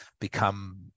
become